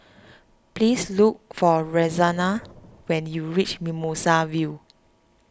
please look for Roxanna when you reach Mimosa View